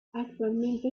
actualmente